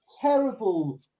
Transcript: terrible